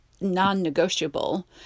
non-negotiable